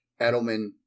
Edelman